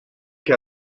que